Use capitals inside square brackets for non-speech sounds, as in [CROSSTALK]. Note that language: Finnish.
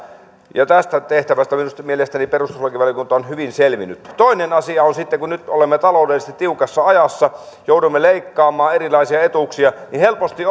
tästä tehtävästä minusta mielestäni perustuslakivaliokunta on hyvin selvinnyt toinen asia on sitten että kun nyt olemme taloudellisesti tiukassa ajassa joudumme leikkaamaan erilaisia etuuksia niin helposti [UNINTELLIGIBLE]